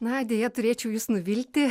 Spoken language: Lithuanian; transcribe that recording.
na deja turėčiau jus nuvilti